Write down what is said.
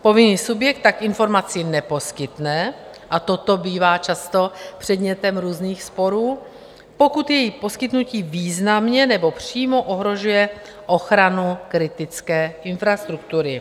Povinný subjekt tak informaci neposkytne a toto bývá často předmětem různých sporů pokud její poskytnutí významně nebo přímo ohrožuje ochranu kritické infrastruktury.